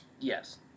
Yes